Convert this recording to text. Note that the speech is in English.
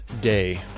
day